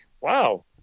wow